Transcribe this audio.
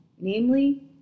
namely